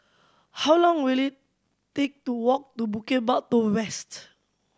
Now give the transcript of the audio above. how long will it take to walk to Bukit Batok West